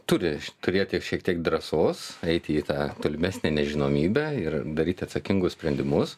turi turėti šiek tiek drąsos eiti į tą tolimesnę nežinomybę ir daryti atsakingus sprendimus